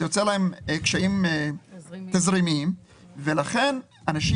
זה יוצר להם קשיים תזרימיים ולכן אנשים